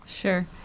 Sure